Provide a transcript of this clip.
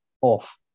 off